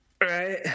right